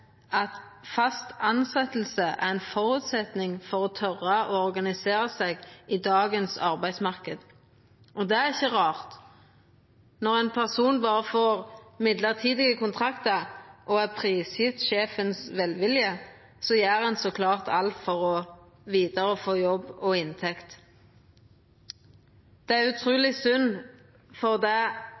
at fast tilsetjing er ein føresetnad for å tora å organisera seg i dagens arbeidsmarknad. Det er ikkje rart. Når ein person berre får mellombelse kontraktar og er prisgjeven velviljen til sjefen, gjer ein så klart alt for å få vidare jobb og inntekt. Det er utruleg synd, for det